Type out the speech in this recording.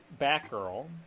batgirl